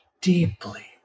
deeply